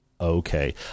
Okay